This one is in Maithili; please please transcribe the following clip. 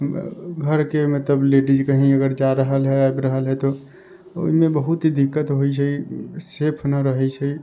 घरके मतलब लेडीज कहीं जा रहल है आबि रहल है तो ओहिमे बहुत दिक्कत होइ छै सेफ न रहै छै